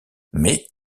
mais